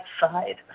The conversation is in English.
side